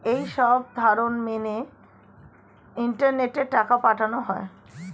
এই সবধরণ মেনে ইন্টারনেটে টাকা পাঠানো হয়